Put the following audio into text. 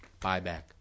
buyback